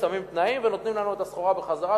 שמים תנאים ונותנים לנו את הסחורה בחזרה,